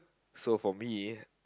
so for me